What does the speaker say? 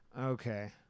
Okay